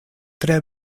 tre